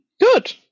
Good